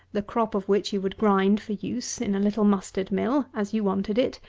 the crop of which you would grind for use, in a little mustard-mill, as you wanted it,